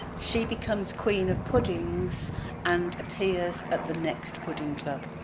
she becomes queen of puddings and appears at the next pudding club.